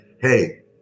Hey